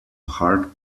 heart